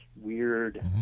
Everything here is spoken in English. weird